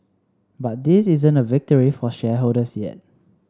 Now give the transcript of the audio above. but this isn't a victory for shareholders yet